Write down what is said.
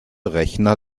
rechner